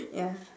ya